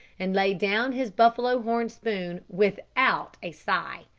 and laid down his buffalo horn spoon without a sigh.